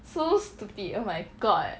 so stupid oh my god